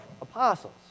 apostles